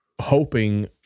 hoping